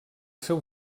seu